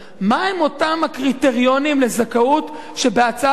מהם אותם קריטריונים לזכאות שבהצעת החוק